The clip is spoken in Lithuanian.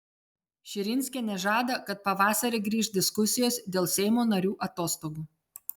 širinskienė žada kad pavasarį grįš diskusijos dėl seimo narių atostogų